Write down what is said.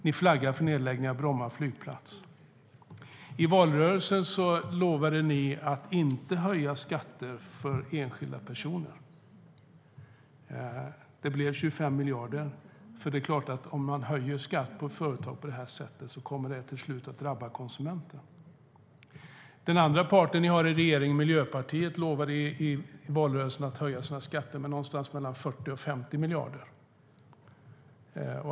Ni flaggar för nedläggning av Bromma flygplats.I valrörelsen lovade ni att inte höja skatter för enskilda personer. Det blev 25 miljarder. Om man höjer skatter för företag på det här sättet kommer det självklart till slut att drabba konsumenterna. Den andra parten ni har i regeringen, Miljöpartiet, lovade i valrörelsen att höja skatterna med någonstans mellan 40 och 50 miljarder.